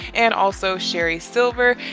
and also sherrie silver.